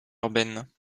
urbaines